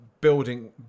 building